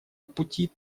пути